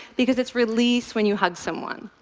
because it's released when you hug someone.